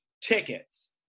tickets